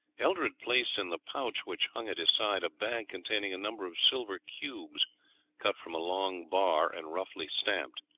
eldred placed in the pouch which hung at his side a bag containing a number of silver cubes cut from a long bar and roughly stamped.